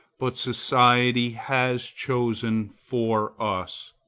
but society has chosen for us.